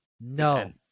No